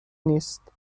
نیست